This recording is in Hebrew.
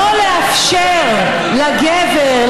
לאפשר לגבר,